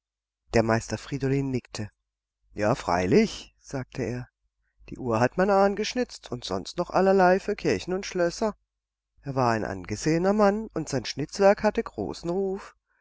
der meister friedolin nickte ja freilich sagte er die uhr hat mein ahn geschnitzt und sonst noch allerlei für kirchen und schlösser er war ein angesehener mann und sein schnitzwerk hatte großen ruf